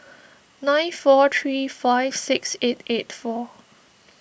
nine four three five six eight eight four